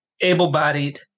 Able-bodied